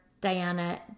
Diana